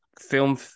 film